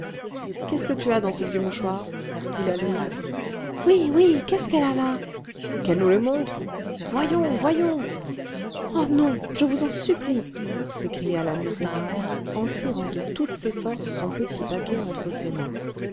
qu'est-ce que tu as dans ce vieux mouchoir dit la louve oui oui qu'est-ce qu'elle a là qu'elle nous le montre voyons voyons oh non je vous en supplie s'écria la misérable en serrant de toutes ses forces son petit paquet entre ses mains